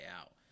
out